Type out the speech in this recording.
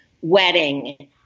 wedding